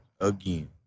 again